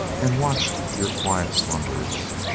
and watch your quiet slumbers.